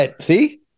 See